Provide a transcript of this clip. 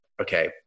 okay